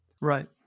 Right